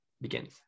begins